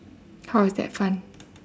how is that fun